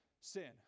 sin